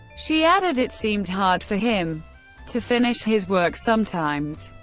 she added, it seemed hard for him to finish his work sometimes.